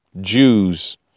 Jews